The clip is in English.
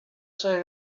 say